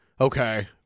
Okay